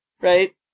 Right